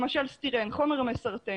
למשל סטירן, חומר מסרטן,